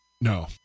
No